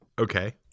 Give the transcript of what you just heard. Okay